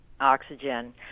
oxygen